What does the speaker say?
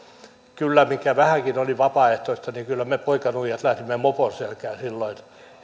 mikä vähänkin oli vapaaehtoista niin kyllä me poikanuijat lähdimme mopon selkään silloin